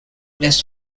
this